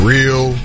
Real